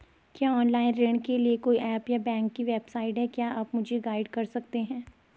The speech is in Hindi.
क्या ऑनलाइन ऋण के लिए कोई ऐप या बैंक की वेबसाइट है क्या आप मुझे गाइड कर सकते हैं?